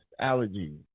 allergies